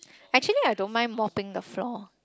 actually I don't mind mopping the floor